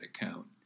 account